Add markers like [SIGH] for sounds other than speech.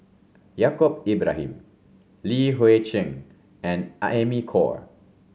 Yaacob Ibrahim Li Hui Cheng and [UNINTELLIGIBLE] Amy Khor